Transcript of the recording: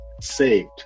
Saved